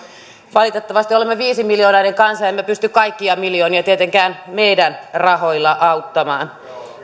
valitettavasti olemme viisimiljoonainen kansa emme pysty kaikkia miljoonia tietenkään meidän rahoillamme auttamaan